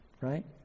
right